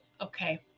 Okay